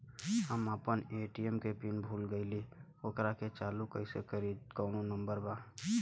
हम अपना ए.टी.एम के पिन भूला गईली ओकरा के चालू कइसे करी कौनो नंबर बा?